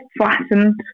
flattened